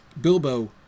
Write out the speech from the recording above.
Bilbo